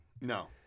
No